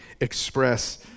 express